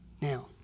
Now